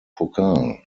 pokal